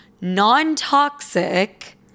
non-toxic